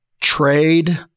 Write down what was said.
trade